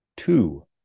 Two